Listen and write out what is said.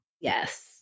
Yes